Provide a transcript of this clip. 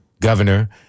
governor